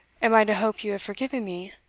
am i to hope you have forgiven me?